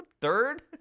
third